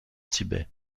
tibet